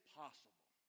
possible